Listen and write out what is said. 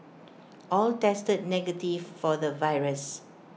all tested negative for the virus